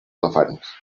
elefants